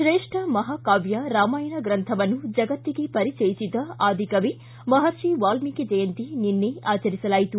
ತ್ರೇಷ್ಠ ಮಹಾಕಾವ್ಯ ರಾಮಾಯಣ ಗ್ರಂಥವನ್ನು ಜಗತ್ತಿಗೆ ಪರಿಚಯಿಸಿದ ಆದಿಕವಿ ಮಹರ್ಷಿ ವಾಲ್ಗೀಕಿ ಜಯಂತಿ ನಿನ್ನೆ ಆಚರಿಸಲಾಯಿತು